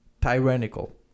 tyrannical